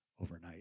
overnight